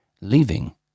leaving